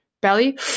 Belly